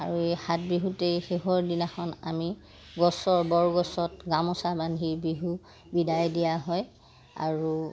আৰু এই হাত বিহুতেই শেষৰ দিনাখন আমি গছৰ বৰগছত গামোচা বান্ধি বিহু বিদায় দিয়া হয় আৰু